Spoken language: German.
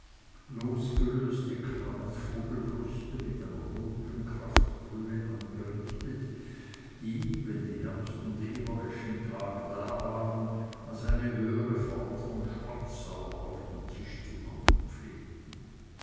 losgelöste krammetsvögelbrüste mit einer dunkeln kraftbrühe angerichtet die wenn die herbst und ebereschentage da waren als eine höhere form von schwarzsauer auf den tisch zu kommen pflegten